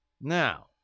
Now